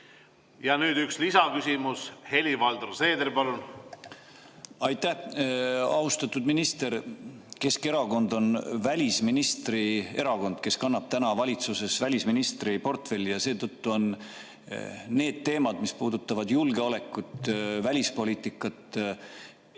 Ja nüüd üks lisaküsimus. Helir-Valdor Seeder, palun! Aitäh! Austatud minister! Keskerakond on välisministri erakond, kes kannab täna valitsuses välisministriportfelli, ja seetõttu on need teemad, mis puudutavad julgeolekut, välispoliitikat,